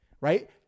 right